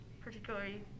particularly